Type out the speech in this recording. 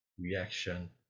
reaction